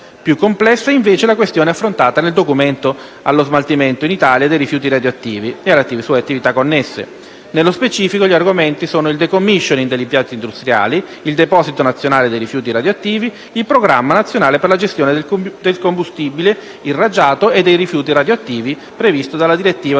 Più complessa è, invece, la questione affrontata nel documento relativo allo smaltimento in Italia dei rifiuti radioattivi e alle attività connesse. Nello specifico, gli argomenti trattati sono il *decomissioning* degli impianti industriali, il deposito nazionale dei rifiuti radioattivi, il programma nazionale per la gestione del combustibile irraggiato e dei rifiuti radioattivi, previsto dalla direttiva 2011/70/Euratom